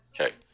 Okay